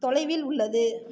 தொலைவில் உள்ளது